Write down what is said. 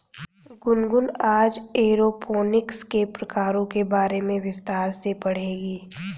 गुनगुन आज एरोपोनिक्स के प्रकारों के बारे में विस्तार से पढ़ेगी